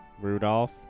Rudolph